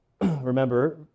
Remember